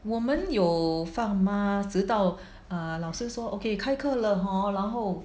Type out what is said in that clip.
我们有放 mask 直到 err 老师说 ok 快跳了 hor 然后